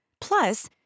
Plus